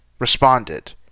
Responded